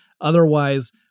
Otherwise